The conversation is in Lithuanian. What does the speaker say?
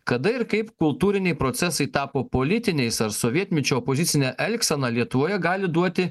kada ir kaip kultūriniai procesai tapo politiniais ar sovietmečio opozicinė elgsena lietuvoje gali duoti